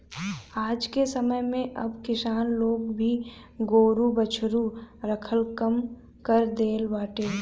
आजके समय में अब किसान लोग भी गोरु बछरू रखल कम कर देले बाटे